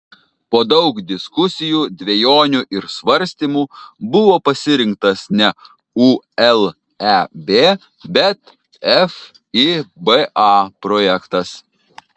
po daug diskusijų dvejonių ir svarstymų buvo pasirinktas ne uleb bet fiba projektas